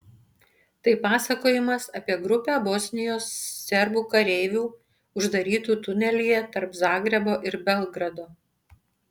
tai pasakojimas apie grupę bosnijos serbų kareivių uždarytų tunelyje tarp zagrebo ir belgrado